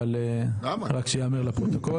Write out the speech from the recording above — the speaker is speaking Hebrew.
אבל רק שייאמר לפרוטוקול,